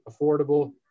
affordable